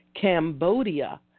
Cambodia